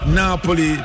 Napoli